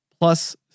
plus